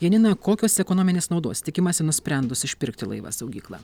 janina kokios ekonominės naudos tikimasi nusprendus išpirkti laivą saugyklą